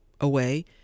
away